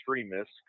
extremist